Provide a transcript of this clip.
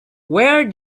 where